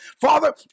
Father